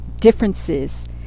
differences